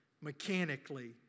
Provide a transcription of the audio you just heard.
mechanically